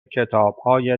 کتابهای